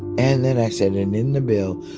and then i said and in the bill,